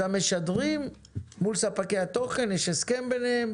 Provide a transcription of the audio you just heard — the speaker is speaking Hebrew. המשדרים מול ספקי התוכן, יש ביניהם הסכם.